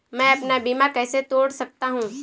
मैं अपना बीमा कैसे तोड़ सकता हूँ?